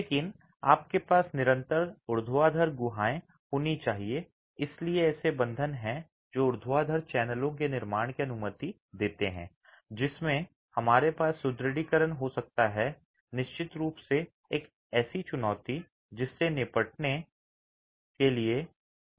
लेकिन आपके पास निरंतर ऊर्ध्वाधर गुहाएं होनी चाहिए और इसलिए ऐसे बंधन हैं जो ऊर्ध्वाधर चैनलों के निर्माण की अनुमति देते हैं जिसमें हमारे पास सुदृढीकरण हो सकता है निश्चित रूप से एक चुनौती है जिससे निपटना पड़ता है